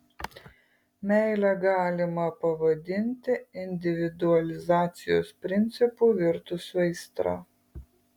meilę galima pavadinti individualizacijos principu virtusiu aistra